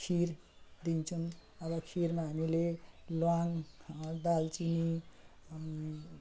खिर दिन्छौँ अब खिरमा हामीले ल्वाङ दालचिनी